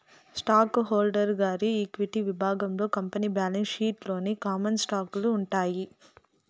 stock holder గారి equity విభాగంలో company balance sheet లోని కామన్ స్టాకులు ఉంటాయి